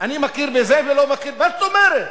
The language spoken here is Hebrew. אני מכיר בזה ולא מכיר, מה זאת אומרת?